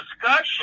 discussion